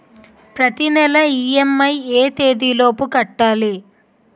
ప్రతినెల ఇ.ఎం.ఐ ఎ తేదీ లోపు కట్టాలి?